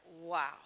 wow